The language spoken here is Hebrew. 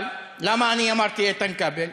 אבל למה אני אמרתי איתן כבל?